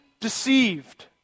deceived